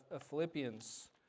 Philippians